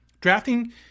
drafting